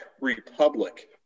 Republic